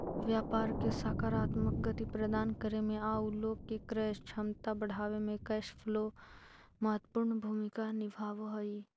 व्यापार के सकारात्मक गति प्रदान करे में आउ लोग के क्रय क्षमता बढ़ावे में कैश फ्लो महत्वपूर्ण भूमिका निभावऽ हई